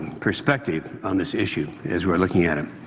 perspective on this issue as we're looking at it.